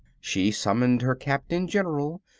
she summoned her captain-general,